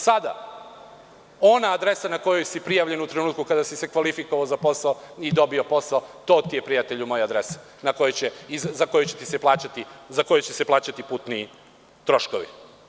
Sada ona adresa na kojoj si prijavljen u trenutku kada si se kvalifikovao za posao i dobio posao, to ti je prijatelju adresa za koje će ti se plaćati putni troškovi.